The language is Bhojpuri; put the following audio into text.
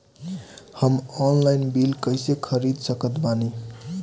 हम ऑनलाइन बीज कइसे खरीद सकत बानी?